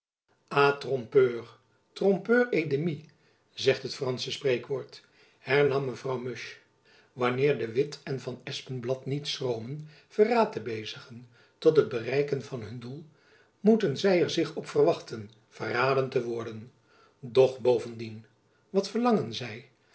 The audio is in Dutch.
et demi zegt het fransche spreekwoord hernam mevrouw musch wanneer de witt en van espenblad niet schromen verraad te bezigen tot het bereiken van hun doel moeten zy er zich op verwachten verraden te worden doch bovendien wat verlangen zy